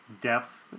depth